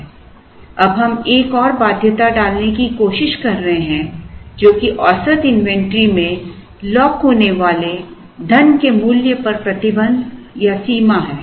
अब हम एक और बाध्यता डालने की कोशिश कर रहे हैं जो कि औसत इन्वेंट्री में लॉक होने वाले धन के मूल्य पर प्रतिबंध या सीमा है